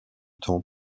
temps